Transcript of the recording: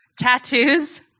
Tattoos